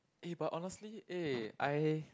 eh but honestly eh I